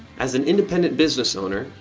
as an independent business owner,